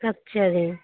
ਅੱਛਾ ਜੀ